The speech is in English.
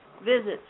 Visits